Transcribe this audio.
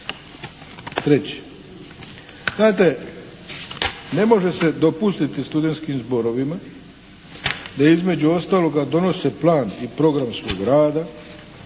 Treće. Gledajte ne može se dopustiti studentskim zborovima da između ostaloga donose plan i program svog rada,